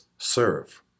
serve